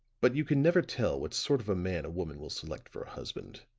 but you can never tell what sort of a man a woman will select for a husband.